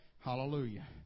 hallelujah